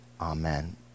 amen